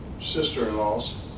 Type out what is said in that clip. sister-in-law's